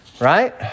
Right